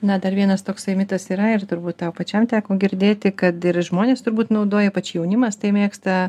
na dar vienas toksai mitas yra ir turbūt tau pačiam teko girdėti kad ir žmonės turbūt naudoja ypač jaunimas tai mėgsta